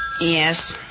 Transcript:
Yes